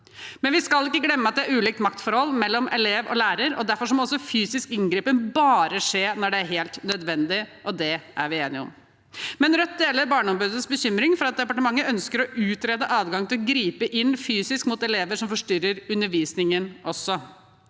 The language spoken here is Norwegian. Men vi skal ikke glemme at det er ulikt maktforhold mellom elev og lærer. Derfor må også fysisk inngripen bare skje når det er helt nødvendig. Det er vi enige om. Rødt deler Barneombudets bekymring for at departementet ønsker å utrede adgang til å gripe inn fysisk mot elever som forstyrrer undervisningen også.